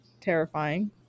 terrifying